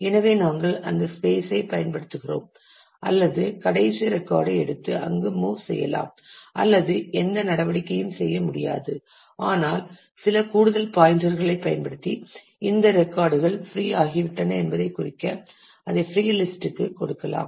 எனவே நாங்கள் அந்த ஸ்பேஸ் ஐ பயன்படுத்துகிறோம் அல்லது கடைசி ரெக்கார்டை எடுத்து அங்கு மூவ் செய்யலாம் அல்லது எந்த நடவடிக்கையும் செய்ய முடியாது ஆனால் சில கூடுதல் பாயின்டர்களை பயன்படுத்தி இந்த ரெக்கார்டுகள் ஃப்ரீ ஆகிவிட்டன என்பதைக் குறிக்க அதை ஃப்ரீ லிஸ்ட் க்கு கொடுக்கலாம்